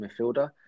midfielder